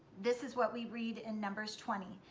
this is what we read in numbers twenty,